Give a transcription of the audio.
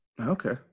Okay